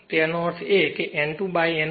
તેનો અર્થ છે N2N1 10 હશે